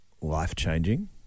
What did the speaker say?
life-changing